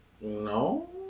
no